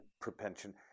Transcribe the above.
propension